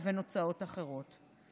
לבין הוצאות אחרות.